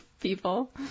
people